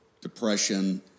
depression